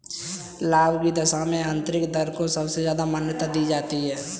लाभ की दशा में आन्तरिक दर को सबसे ज्यादा मान्यता दी जाती है